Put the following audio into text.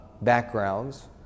backgrounds